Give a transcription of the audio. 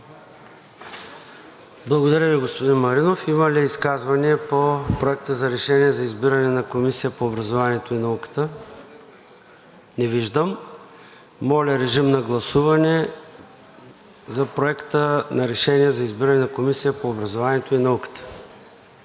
Благодаря Ви, господин Маринов. Има ли изказвания по Проекта на решение за избиране на Комисия по образованието и науката? Не виждам. Моля, режим на гласуване за Проекта на решение за избиране на Комисия по образованието и науката.